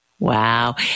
Wow